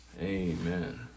Amen